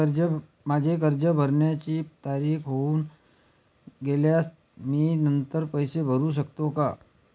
माझे कर्ज भरण्याची तारीख होऊन गेल्यास मी नंतर पैसे भरू शकतो का?